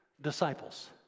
disciples